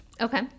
Okay